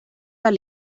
del